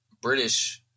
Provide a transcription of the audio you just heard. British